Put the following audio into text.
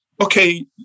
Okay